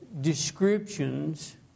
descriptions